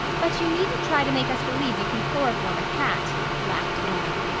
but you needn't try to make us believe you can chloroform a cat, laughed anne.